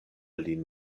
lin